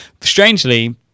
Strangely